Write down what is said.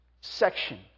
section